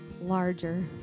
larger